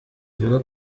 ivuga